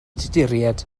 tuduriaid